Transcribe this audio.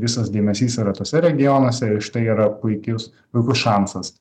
visas dėmesys yra tuose regionuose ir štai yra puikis puikus šansas